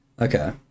okay